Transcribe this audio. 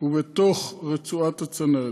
ובתוך רצועת הצנרת.